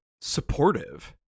supportive